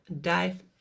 dive